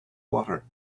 water